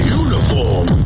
uniform